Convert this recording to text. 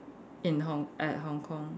in Hong~ at Hong-Kong